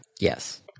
Yes